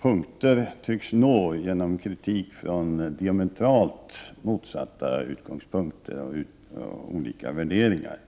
punkter tycks nå genom kritik från diametralt motsatta utgångspunkter och värderingar.